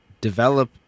develop